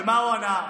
ומה הוא ענה?